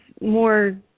more